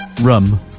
rum